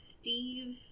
Steve